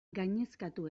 gainezkatu